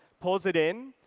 pulls it in.